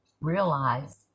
realize